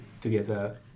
together